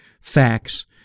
facts